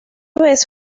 vez